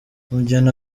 mugeni